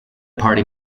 party